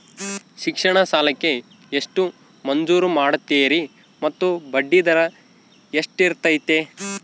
ಶಿಕ್ಷಣ ಸಾಲಕ್ಕೆ ಎಷ್ಟು ಮಂಜೂರು ಮಾಡ್ತೇರಿ ಮತ್ತು ಬಡ್ಡಿದರ ಎಷ್ಟಿರ್ತೈತೆ?